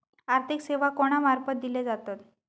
आर्थिक सेवा कोणा मार्फत दिले जातत?